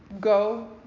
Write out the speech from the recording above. Go